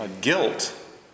Guilt